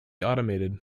automated